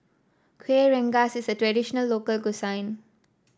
Kuih Rengas is a traditional local cuisine